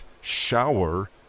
shower